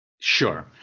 Sure